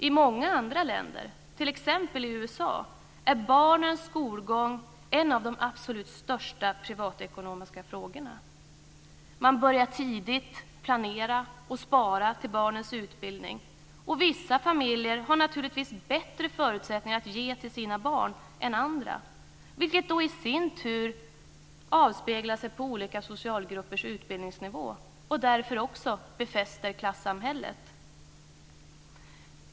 I många andra länder, t.ex. USA, är barnens skolgång en av de absolut största privatekonomiska frågorna. Man börjar tidigt planera och spara till barnens utbildning. Vissa familjer har naturligtvis bättre förutsättningar att ge till sina barn än andra, vilket i sin tur avspeglas i olika socialgruppers utbildningsnivå och därför också befäster klassamhället.